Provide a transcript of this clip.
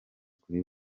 kuri